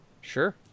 Sure